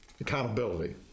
accountability